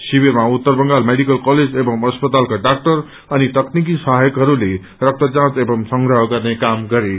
शिविरमा उत्तर Bengal medical college एवं अस्पतालका डाक्टर अनि तकनिकी सहायकहरूले रक्त जाँच एवं संग्रह गर्ने काम गरे